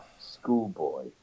schoolboy